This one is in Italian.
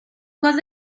cosa